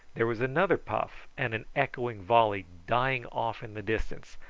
there was another puff, and an echoing volley dying off in the distance,